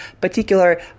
particular